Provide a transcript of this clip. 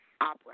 Opera